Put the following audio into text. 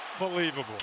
Unbelievable